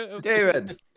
David